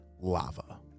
lava